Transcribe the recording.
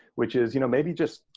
which is you know maybe just